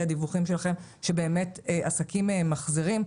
הדיווחים שלכם שבאמת עסקים מחזירים.